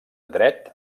dret